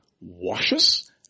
washes